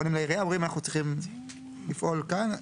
פונים לעירייה ואומרים: אנחנו צריכים לפעול כאן,